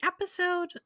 episode